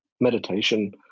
meditation